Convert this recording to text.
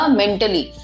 mentally